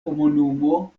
komunumo